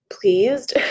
pleased